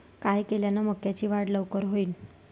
काय केल्यान मक्याची वाढ लवकर होईन?